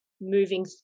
moving